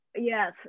yes